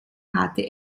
hatte